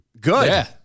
Good